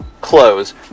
close